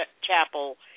Chapel